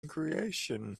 creation